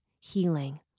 healing